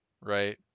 right